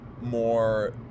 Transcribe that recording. more